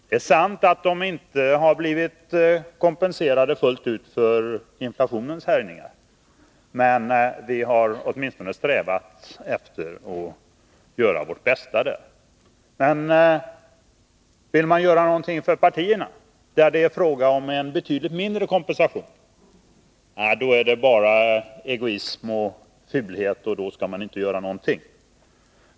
Det är sant att idrottsrörelsen inte har blivit kompenserad fullt ut för inflationens härjningar, men vi har åtminstone strävat efter att göra vårt bästa. Vill man göra någonting för partierna — där det är fråga om en betydligt mindre kompensation — är det bara egoism, då skall man inte göra någonting.